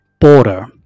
Border